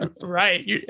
right